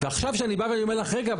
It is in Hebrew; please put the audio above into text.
ועכשיו כשאני בא ואני אומר לך רגע,